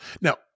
Now